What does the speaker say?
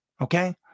okay